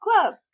club